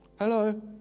hello